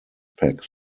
pack